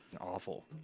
Awful